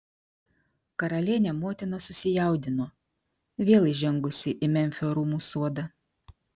karalienė motina susijaudino vėl įžengusi į memfio rūmų sodą